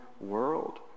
world